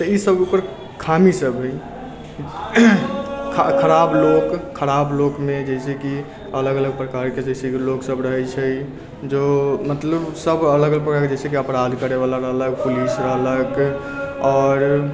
तऽ ई सब ओकर खामी सब अय खराब लोक खराब लोकमे जैसे कि अलग अलग प्रकारके जे छै लोक सब रहै छै जे मतलब सब अलग अलग प्रकार रहै छै अपराध करैवला रहलक पुलिसवला के आओर